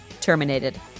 terminated